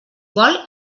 vol